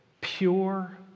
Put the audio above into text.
pure